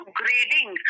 grading